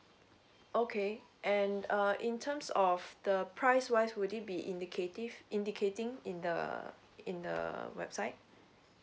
okay and uh in terms of the price wise would it be indicative indicating in the in the website